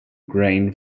grain